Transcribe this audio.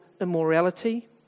immorality